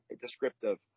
descriptive